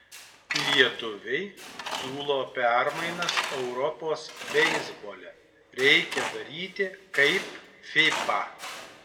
lietuviai siūlo permainas europos beisbole reikia daryti kaip fiba